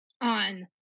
on